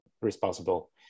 responsible